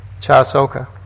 Chasoka